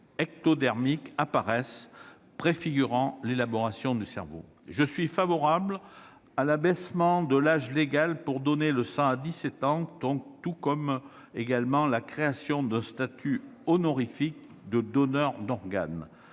ectodermiques apparaissent, préfigurant l'élaboration du cerveau. Je suis favorable à l'abaissement à 17 ans de l'âge légal pour pouvoir donner du sang, tout comme à la création d'un statut, honorifique, de donneur d'organe.